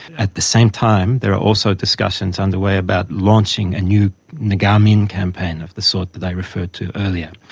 at the same time there are also discussions underway about launching a new naga min campaign of the sort that i referred to earlier.